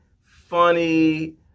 funny